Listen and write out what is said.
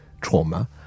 trauma